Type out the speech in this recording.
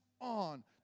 on